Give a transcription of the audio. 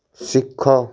ଶିଖ